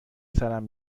سرم